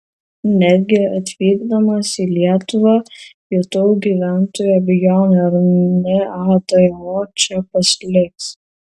netgi atvykdamas į lietuvą jutau gyventojų abejonę ar nato čia pasiliks